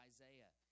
Isaiah